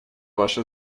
ваше